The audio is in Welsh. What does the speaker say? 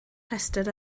rhestr